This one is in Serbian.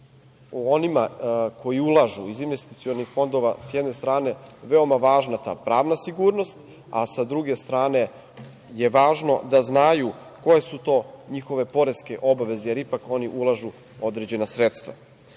onima koji ulažu iz investicionih fondova s jedne strane veoma važna pravna sigurnost, a sa druge strane je važno da znaju koje su to njihove poreske obaveze, jer ipak oni ulažu određena sredstva.U